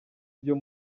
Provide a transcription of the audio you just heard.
byo